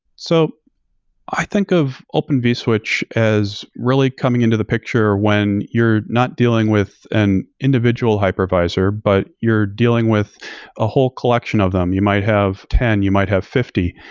so i think of open vswitch as really coming into the picture when you're not dealing with an individual hypervisor, but you're dealing with a whole collection of them. you might have ten, you might have fifty.